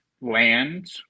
land